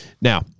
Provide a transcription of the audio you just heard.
Now